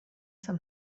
some